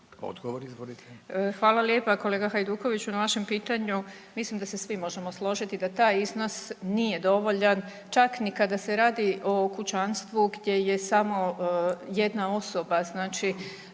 (Nezavisni)** Hvala lijepa kolega Hajdukoviću na vašem pitanju. Mislim da se svi možemo složiti da taj iznos nije dovoljan, čak ni kada se radi o kućanstvu gdje je samo jedna osoba znači